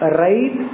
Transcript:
right